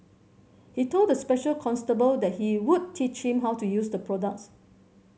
he told the special constable that he would teach him how to use the products